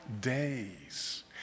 days